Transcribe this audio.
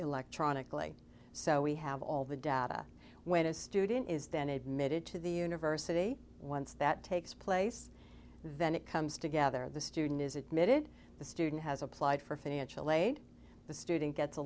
electronically so we have all the data when a student is then admitted to the university once that takes place then it comes together the student is admitted the student has applied for financial aid the student gets a